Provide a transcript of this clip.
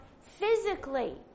physically